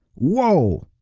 whoa!